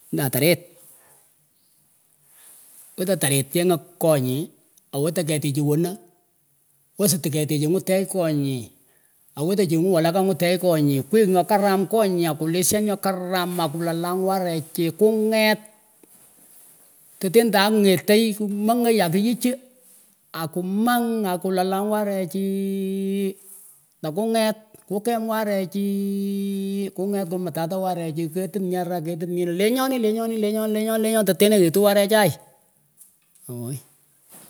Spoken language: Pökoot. Andah tarit wetah tarit chengah konyih awetah kehtichih wonah wasituh ketichih nguh tek konyih awetan chenguh walaka nguh tek konyih kwiyh nyokaram akulishan nyokaram akulalang warechik kunget kumutatah werechi ketim nyarah ketim nyinah lenyonih lenyonih lenyonih lenyonih lenyonih lenyonih tetenah wetuh wahrechayh oowey